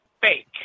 fake